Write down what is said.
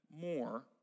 more